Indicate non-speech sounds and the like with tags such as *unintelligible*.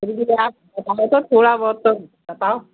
*unintelligible* मतलब थोड़ा बहुत तो बताओ